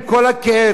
עם כל הכאב,